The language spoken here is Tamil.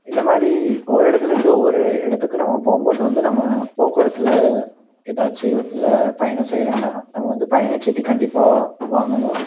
இந்த மாதிரி ஒவ்வொரு இடத்துல இருந்து ஒவ்வொரு இடத்துக்கு நம்ம போகும்போது வந்து நம்ம போக்குவரத்தில் எதாச்சும் இதில் பயணம் செய்கிறோன்னா நம்ம வந்து பயணச்சீட்டு கண்டிப்பாக வாங்கணும்